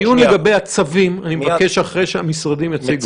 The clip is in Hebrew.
אני מבקש שדיון לגבי הצווים יהיה אחרי שהמשרדים יציגו.